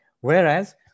Whereas